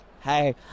Hey